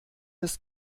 ist